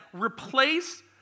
replace